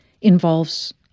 involves